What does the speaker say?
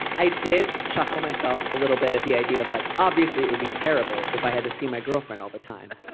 i did chuckle myself a little bit at the idea like obviously it would be terrible if i had to see my girlfriend all the time